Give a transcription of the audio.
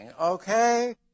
Okay